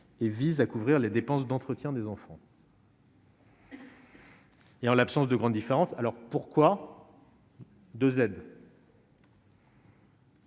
et vise à couvrir les dépenses d'entretien des enfants. Et en l'absence de grandes différences alors pourquoi 2. C'est